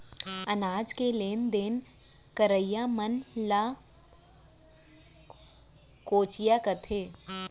अनाज के लेन देन करइया मन ल कोंचिया कथें